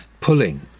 pulling